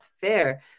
fair